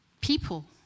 People